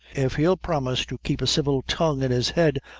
if he'll promise to keep a civil tongue in his head,